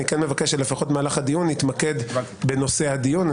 אבל אני מבקש שבמהלך הדיון נתמקד בנושא הדיון.